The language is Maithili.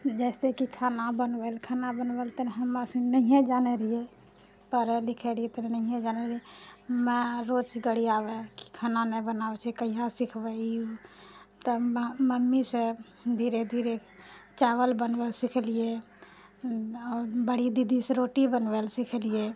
जइसेकि खाना बनबैलए खाना बनबैलए तऽ हमरा सनी नहिए जानै रहिए पढ़ै लिखै रहिए तऽ माइ रोज गरिआबै खाना नहि बनाबै छै कहिआ सिखबही तऽ मम्मीसँ धीरे धीरे चावल बनबैलए सिखलिए आओर बड़ी दीदीसँ रोटी बनबैलए सिखलिए